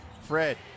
Fred